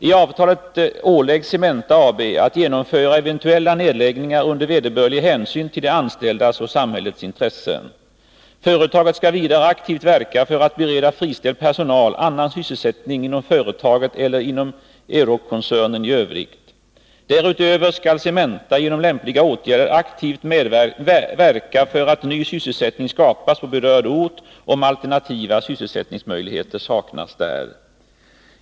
I avtalet åläggs Cementa AB att genomföra eventuella nedläggningar under vederbörlig hänsyn till de anställdas och samhällets intressen. Företaget skall vidare aktivt verka för att bereda friställd personal annan sysselsättning inom företaget eller inom Eurockoncernen övrigt. Därutöver skall Cementa genom lämpliga åtgärder aktivt verka för att ny sysselsättning skapas på berörd ort om alternativa sysselsättningsmöjligheter saknas där.